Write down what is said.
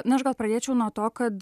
na aš gal pradėčiau nuo to kad